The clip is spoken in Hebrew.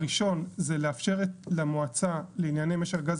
הראשון זה לאפשר למועצה לענייני משק הגז